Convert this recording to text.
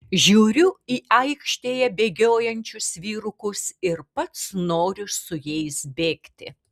žiūriu į aikštėje bėgiojančius vyrukus ir pats noriu su jais bėgti